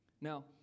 Now